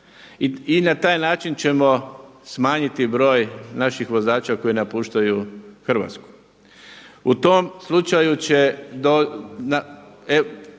i na taj način ćemo smanjiti broj naših vozača koji napuštaju Hrvatsku. U tom slučaju će,